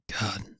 god